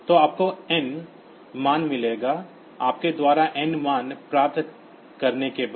तो आपको n मान मिलेगा आपके द्वारा n मान प्राप्त करने के बाद